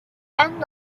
end